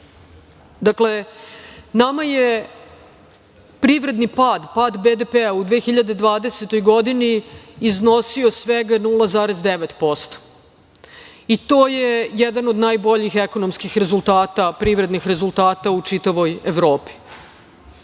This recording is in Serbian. uvod. Dakle, nama je privredni pad, pad BDP u 2020. godini iznosio svega 0,9%. To je jedan od najboljih ekonomskih rezultata, privrednih rezultata u čitavoj Evropi.U